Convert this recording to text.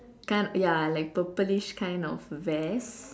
kind of ya like purplish kind of vest